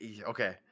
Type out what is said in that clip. okay